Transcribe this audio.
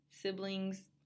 siblings